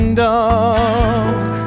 dark